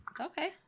Okay